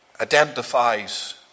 identifies